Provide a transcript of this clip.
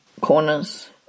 corners